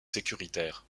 sécuritaire